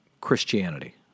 Christianity